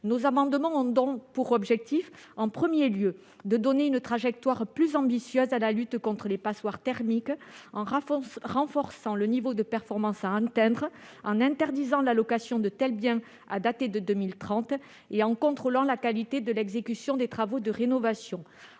Ses amendements ont pour objectif, en premier lieu, de prévoir une trajectoire plus ambitieuse de lutte contre les passoires thermiques en renforçant le niveau de performance à atteindre, en interdisant la location de tels biens à compter de 2030 et en contrôlant la qualité de l'exécution des travaux de rénovation.